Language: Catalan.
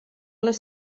les